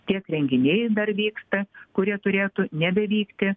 tiek renginiai dar vyksta kurie turėtų nebevykti